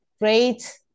great